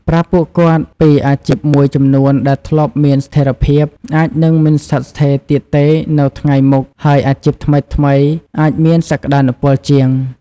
ប្រាប់ពួកគាត់ពី អាជីពមួយចំនួនដែលធ្លាប់មានស្ថិរភាព អាចនឹងមិនស្ថិតស្ថេរទៀតទេនៅថ្ងៃមុខ ហើយអាជីពថ្មីៗអាចមានសក្តានុពលជាង។